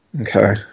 Okay